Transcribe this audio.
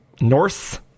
Norse